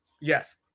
Yes